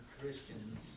Christians